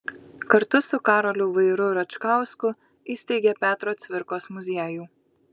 kartu su karoliu vairu račkausku įsteigė petro cvirkos muziejų